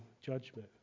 judgment